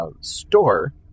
store